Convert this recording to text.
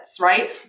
right